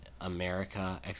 America